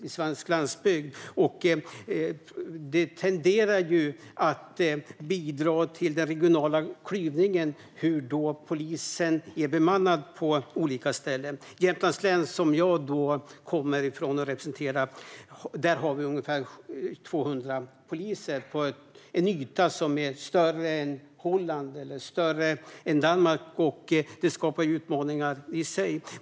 Hur polisen är bemannad på olika ställen tenderar att bidra till den regionala klyvningen. I Jämtlands län, som jag kommer från och representerar, har vi ungefär 200 poliser på en yta som är större än Holland eller Danmark. Det skapar utmaningar i sig.